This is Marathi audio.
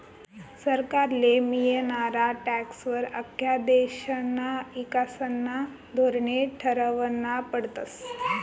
सरकारले मियनारा टॅक्सं वर आख्खा देशना ईकासना धोरने ठरावना पडतस